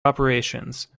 operations